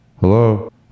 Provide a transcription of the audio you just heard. hello